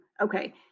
okay